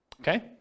Okay